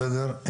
בסדר.